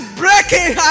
breaking